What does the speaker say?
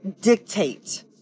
dictate